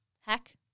hack